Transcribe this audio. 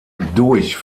durch